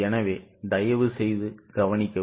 எனவே தயவுசெய்து கவனிக்கவும்